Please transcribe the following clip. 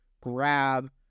grab